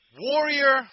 Warrior